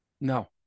No